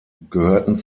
gehörten